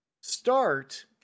start